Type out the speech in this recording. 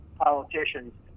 politicians